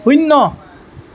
শূন্য